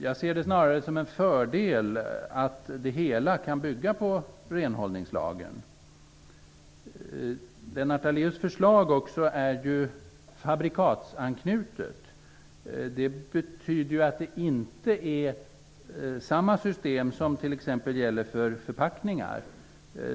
Jag ser det snarare som en fördel att det hela kan bygga på renhållningslagen. Lennart Daléus förslag är också fabrikatsanknutet. Det betyder att det inte är samma system som t.ex. det som gäller för förpackningar.